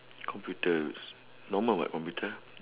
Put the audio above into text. computers normal what computer